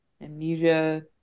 amnesia